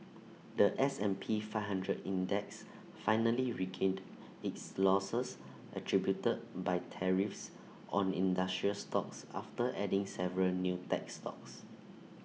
The S and P five hundred index finally regained its losses attributed by tariffs on industrial stocks after adding several new tech stocks